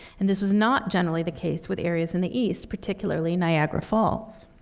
and this was not generally the case with areas in the east, particularly niagara falls.